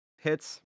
Hits